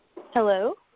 Hello